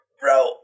Bro